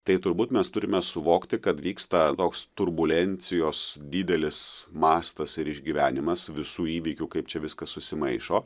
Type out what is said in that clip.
tai turbūt mes turime suvokti kad vyksta toks turbulencijos didelis mastas ir išgyvenimas visų įvykių kaip čia viskas susimaišo